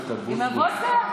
עם הבוסר?